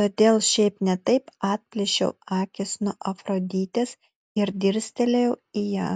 todėl šiaip ne taip atplėšiau akis nuo afroditės ir dirstelėjau į ją